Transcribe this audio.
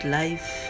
life